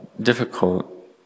difficult